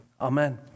Amen